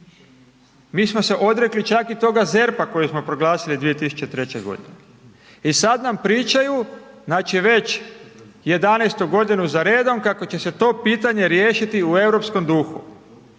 mi smo se odrekli čak i toga ZERP-a kojeg smo proglasili 2003. godine i sad nam pričaju, znači već 11 godinu za redom kako će se to pitanje riješiti u europskom duhu.